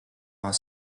are